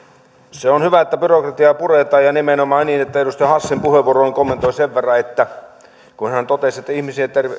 se on hyvä että byrokratiaa puretaan ja nimenomaan edustaja hassin puheenvuoroa kommentoin sen verran kun hän totesi että